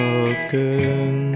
again